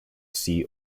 sea